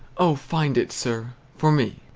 oh, find it, sir, for me!